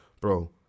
Bro